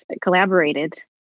collaborated